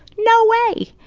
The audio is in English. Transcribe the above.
no way.